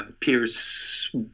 Pierce